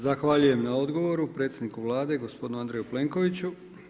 Zahvaljujem na odgovor predsjedniku Vlade gospodinu Andreju Plenkoviću.